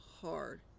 hard